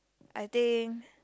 I think